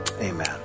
amen